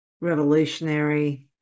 revolutionary